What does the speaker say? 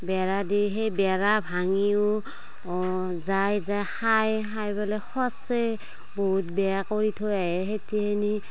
বেৰা দি সেই বেৰা ভাঙিও যাই যাই খাই খাই ফেলে খচে বহুত বেয়া কৰি থৈ আহে খেতিখিনি